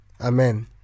Amen